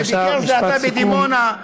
שביקר זה עתה בדימונה,